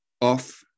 Off